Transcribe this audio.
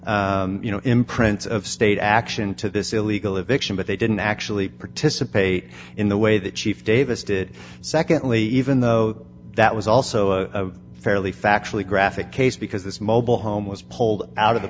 the you know imprints of state action to this illegal eviction but they didn't actually participate in the way that chief davis did secondly even though that was also a fairly factually graphic case because this mobile home was pulled out of the